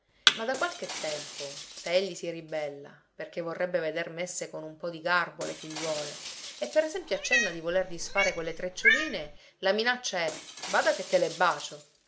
ma da qualche tempo se egli si ribella perché vorrebbe veder messe con un po di garbo le figliuole e per esempio accenna di voler disfare quelle treccioline la minaccia è bada che te le bacio